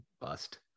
bust